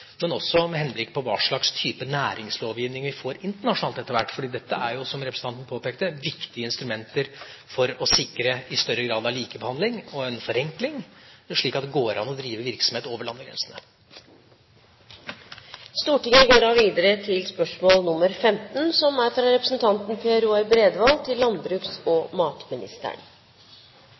men også med henblikk på hva slags type næringslovgivning vi får internasjonalt etter hvert. Dette er, som representanten påpekte, viktige instrumenter for å sikre større grad av likebehandling og forenkling, slik at det går an å drive virksomhet over landegrensene. Stortinget går nå tilbake til den opprinnelige spørsmålslisten. Spørsmål 13 er besvart tidligere. Dette spørsmålet er utsatt til neste spørretime. Jeg ønsker å stille følgende spørsmål til landbruks- og matministeren: